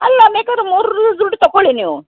ಅಲ್ಲ ನಿಕಡ್ ಮೂರರದ್ದು ದುಡ್ಡು ತಗೊಳ್ಳಿ ನೀವು